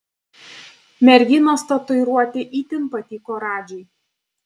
merginos tatuiruotė itin patiko radžiui